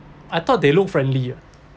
I thought they look friendly ah